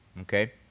okay